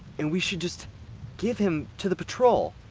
and we should just give him to the patrol.